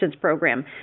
Program